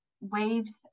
waves